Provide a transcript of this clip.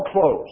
close